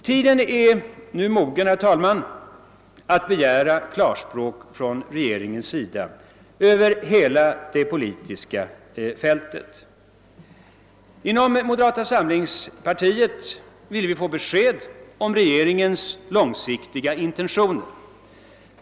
Tiden är nu mogen att begära klarspråk från regeringen på hela det politiska fältet. Inom moderata samlingspartiet vill vi ha besked om regeringens långsiktiga intentioner.